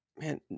Man